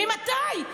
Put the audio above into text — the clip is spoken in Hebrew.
ממתי?